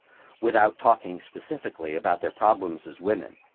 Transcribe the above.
without talking specifically about their problems as women,